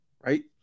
right